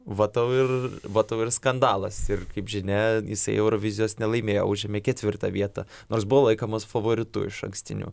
va tau ir va tau ir skandalas ir kaip žinia jisai eurovizijos nelaimėjo užėmė ketvirtą vietą nors buvo laikomas favoritu išankstiniu